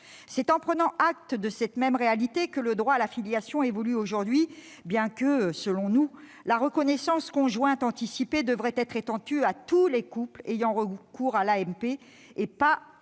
C'est en prenant acte de cette même réalité que le droit à la filiation évolue aujourd'hui, même si, selon nous, la reconnaissance conjointe anticipée devrait être étendue à tous les couples ayant recours à l'AMP, et non seulement